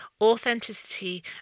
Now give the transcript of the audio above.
authenticity